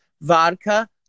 vodka